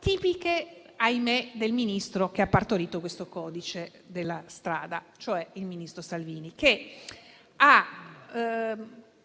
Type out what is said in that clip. tipiche, ahimè, del Ministro che ha partorito questo codice della strada, cioè il ministro Salvini, che ha